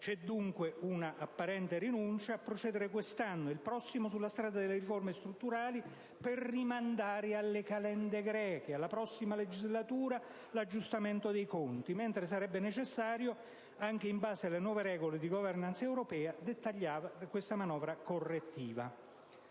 C'è dunque un'apparente rinuncia a procedere quest'anno ed il prossimo sulla strada delle riforme strutturali, per rimandare alle calende greche, alla prossima legislatura, l'aggiustamento dei conti, mentre sarebbe necessario, anche in base alle nuove regole di *governance* europee, dettagliare la manovra correttiva.